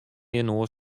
inoar